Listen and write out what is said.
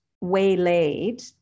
waylaid